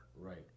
right